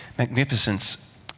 Magnificence